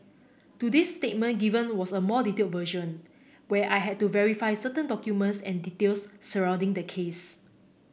today's statement given was a more detailed version where I had to verify certain documents and details surrounding the case